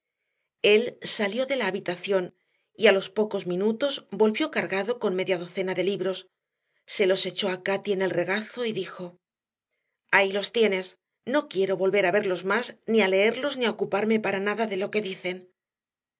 él salió de la habitación y a los pocos minutos volvió cargado con media docena de libros se los echó a cati en el regazo y dijo ahí los tienes no quiero volver a verlos más ni a leerlos ni a ocuparme para nada de lo que dicen